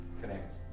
connects